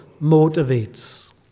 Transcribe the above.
motivates